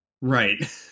Right